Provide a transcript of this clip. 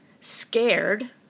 scared